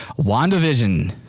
WandaVision